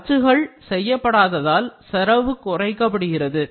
அச்சுகள் செய்யப்படாததால் செலவு குறைக்கப்படுகிறது